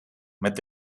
met